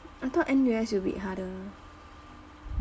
I thought N_U_S will be harder